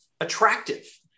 attractive